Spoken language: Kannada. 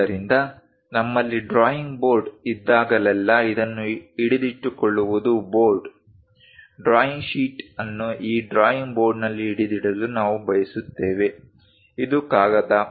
ಆದ್ದರಿಂದ ನಮ್ಮಲ್ಲಿ ಡ್ರಾಯಿಂಗ್ ಬೋರ್ಡ್ ಇದ್ದಾಗಲೆಲ್ಲಾ ಇದನ್ನು ಹಿಡಿದಿಟ್ಟುಕೊಳ್ಳುವುದು ಬೋರ್ಡ್ ಡ್ರಾಯಿಂಗ್ ಶೀಟ್ ಅನ್ನು ಆ ಡ್ರಾಯಿಂಗ್ ಬೋರ್ಡ್ನಲ್ಲಿ ಹಿಡಿದಿಡಲು ನಾವು ಬಯಸುತ್ತೇವೆ ಇದು ಕಾಗದ